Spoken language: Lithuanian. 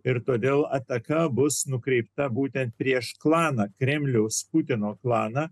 ir todėl ataka bus nukreipta būtent prieš klaną kremliaus putino klaną